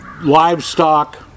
livestock